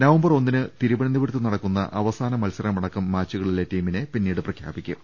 November ഒന്നിന് തിരുവനന്ത പുരത്ത് നടക്കുന്ന അവസാന മത്സരമടക്കം മാച്ചുകളിലെ ടീമിനെ പീന്നീട് പ്രഖ്യാപിക്കും